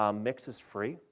um mix is free.